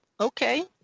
okay